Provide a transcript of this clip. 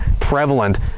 prevalent